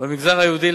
במגזר היהודי.